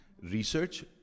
research